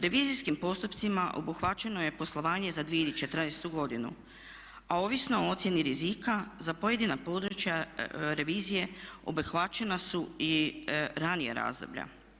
Revizijskim postupcima obuhvaćeno je poslovanje za 2014. godinu, a ovisno o ocjeni rizika za pojedina područja revizije obuhvaćena su i ranija razdoblja.